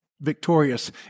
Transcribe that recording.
victorious